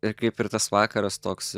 ir kaip ir tas vakaras toks